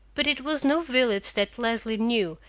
but it was no village that leslie knew,